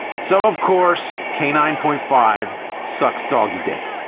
so of course k nine point five sucks doggie dick.